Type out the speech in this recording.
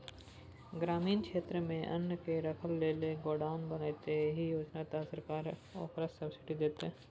ग्रामीण क्षेत्रमे अन्नकेँ राखय लेल जे गोडाउन बनेतै एहि योजना तहत सरकार ओकरा सब्सिडी दैतै